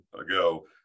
ago